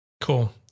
Cool